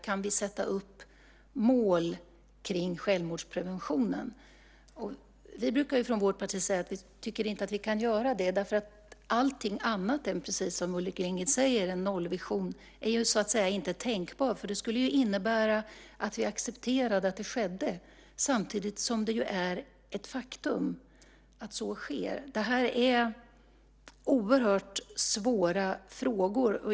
Kan vi sätta upp mål för självmordspreventionen? Vi brukar från vårt parti säga att vi inte tycker att vi kan göra det, därför att allting annat än en nollvision är, precis som Ulrik Lindgren säger, inte tänkbart. Det skulle ju innebära att vi accepterade att det skedde, samtidigt som det är ett faktum att så sker. Det här är oerhört svåra frågor.